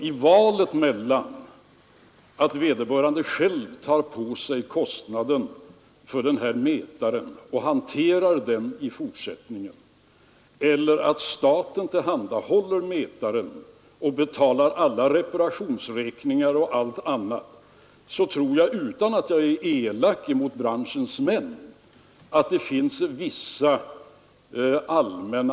I valet mellan att vederbörande själv tar på sig kostnaden för den här mätaren och hanterar den i fortsättningen eller att staten tillhandahåller mätaren och betalar reparationsräkningar och allt annat, tror jag att det finns vissa allmänna skäl som talar för att vi just valt den här vägen.